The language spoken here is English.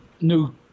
new